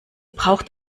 braucht